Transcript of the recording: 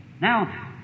Now